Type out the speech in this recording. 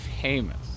famous